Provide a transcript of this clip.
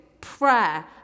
prayer